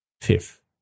fifth